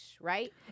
Right